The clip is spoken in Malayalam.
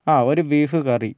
ആ ഒരു ബീഫ് കറി